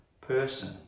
person